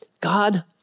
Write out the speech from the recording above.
God